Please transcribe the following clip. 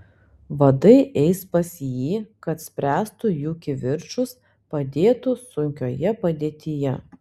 vadai eis pas jį kad spręstų jų kivirčus padėtų sunkioje padėtyje